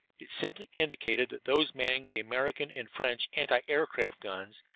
it simply indicated that those manning the american and french anti-aircraft guns,